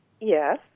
Yes